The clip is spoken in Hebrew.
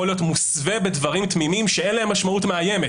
הוא יכול להיות מוסווה בדברים תמימים שאין להם משמעות מאיימת.